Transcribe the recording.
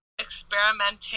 experimenting